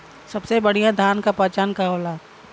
सबसे बढ़ियां धान का पहचान का होला?